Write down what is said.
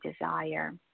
desire